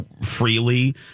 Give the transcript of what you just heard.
freely